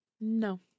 No